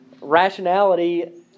rationality